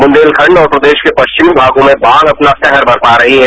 इंदेलखंड और प्रदेश के परिवनी भागों में बाढ़ अपना कहर बरपा रही है